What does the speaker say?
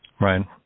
Right